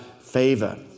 favor